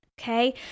okay